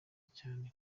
cyane